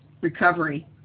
recovery